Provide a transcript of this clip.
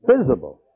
Visible